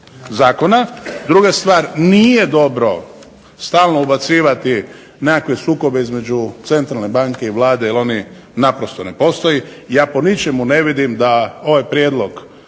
zakona. Druga star, nije dobro stalno ubacivati nekakve sukobe između Centralne banke i Vlade jer oni naprosto ne postoje. Ja po ničemu ne vidim da ovaj prijedlog